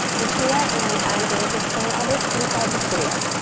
i'm chia and i'm going to explain all this inside this video.